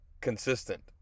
consistent